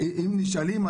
נשאלים,